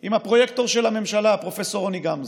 עם הפרויקטור של הממשלה פרופ' רוני גמזו.